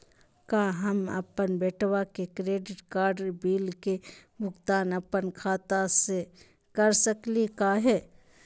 का हम अपन बेटवा के क्रेडिट कार्ड बिल के भुगतान अपन खाता स कर सकली का हे?